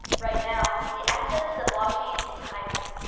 right now, the access to the blockchain is hybrid,